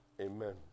Amen